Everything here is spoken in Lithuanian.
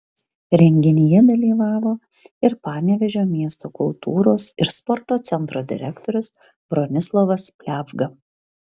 renginyje dalyvavo ir panevėžio miesto kultūros ir sporto centro direktorius bronislovas pliavga